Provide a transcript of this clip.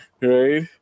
right